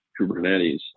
Kubernetes